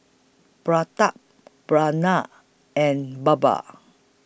Pratap Pranav and Baba